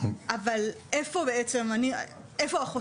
אבל איפה החוסרים?